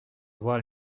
voir